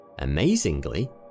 Amazingly